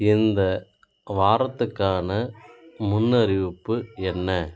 இந்த வாரத்துக்கான முன்னறிவிப்பு என்ன